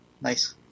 Nice